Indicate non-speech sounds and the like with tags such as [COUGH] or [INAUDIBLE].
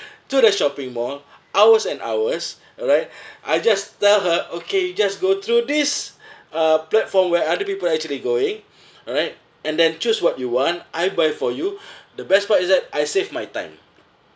to the shopping mall hours and hours alright [BREATH] I just tell her okay you just go through this [BREATH] uh platform where other people are actually going [BREATH] alright and then choose what you want I buy for you [BREATH] the best part is that I save my time